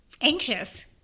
anxious